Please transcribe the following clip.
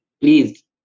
please